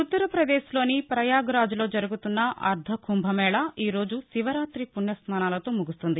ఉత్తర్రపదేశ్లోని ప్రయాగ్రాజ్లో జరుగుతున్న ఆర్దకుంభమేళ ఈరోజు శివరాతి పుణ్యస్నానాలతో ముగుస్తుంది